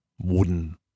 wooden